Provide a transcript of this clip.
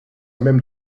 même